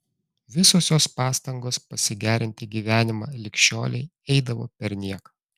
visos jos pastangos pasigerinti gyvenimą lig šiolei eidavo perniek